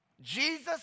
Jesus